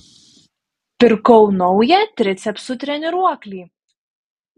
pirkau naują tricepsų treniruoklį